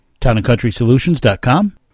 TownandCountrySolutions.com